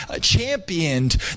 championed